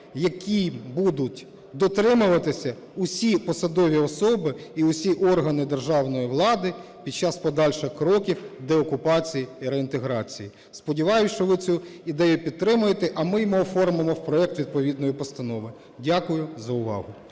якої будуть дотримуватися усі посадові особи і усі органи державної влади під час подальших кроків деокупації і реінтеграції. Сподіваюсь, що ви цю ідею підтримаєте. А ми її оформимо в проект відповідної постанови. Дякую за увагу.